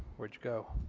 where to go?